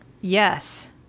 Yes